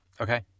Okay